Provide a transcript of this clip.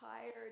tired